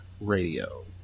radio